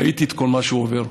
ראיתי את כל מה שהוא עובר.